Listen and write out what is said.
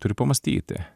turiu pamąstyti